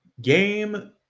Game